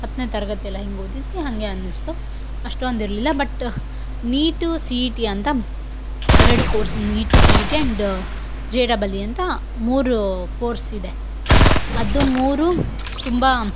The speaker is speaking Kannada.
ಹತ್ತನೇ ತರಗತಿಯೆಲ್ಲ ಹೆಂಗೆ ಓದಿದ್ವಿ ಹಾಗೆ ಅನ್ನಿಸ್ತು ಅಷ್ಟೊಂದು ಇರಲಿಲ್ಲ but NEET C E T ಅಂತ ಎರಡು course NEET C E T and J double E ಅಂತ ಮೂರು ಕೋರ್ಸ್ ಇದೆ ಅದು ಮೂರೂ ತುಂಬ